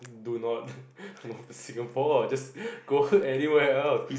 do not Singapore just go anywhere else